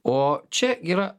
o čia yra